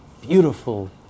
beautiful